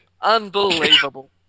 Unbelievable